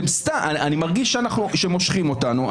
אני מרגיש שמושכים אותנו.